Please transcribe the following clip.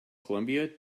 colombia